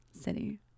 city